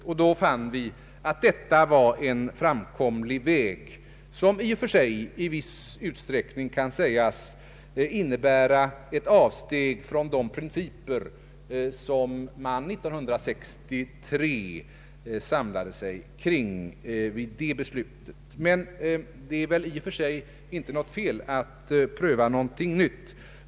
Vi fann då att detta var en framkomlig väg, vilken i och för sig i viss utsträckning kan sägas innebära ett avsteg från de principer som man samlade sig kring 1963. Men det är väl i och för sig inte fel att pröva något nytt.